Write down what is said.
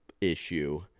issue